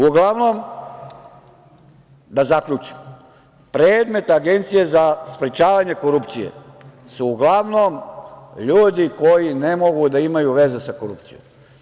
Uglavnom, da zaključim, predmet Agencije za sprečavanje korupcije su uglavnom ljudi koji ne mogu da imaju veze sa korupcijom.